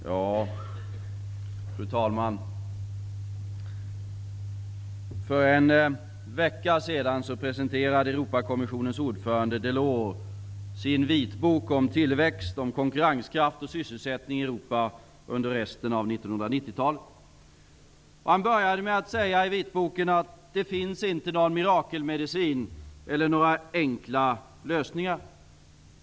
Fru talman! För en vecka sedan presenterade Europakommissionens ordförande Delors sin vitbok om tillväxt, konkurrenskraft och sysselsättning i Europa under resten av 1990-talet. Han börjar med att säga i vitboken att det inte finns någon mirakelmedicin eller några enkla lösningar.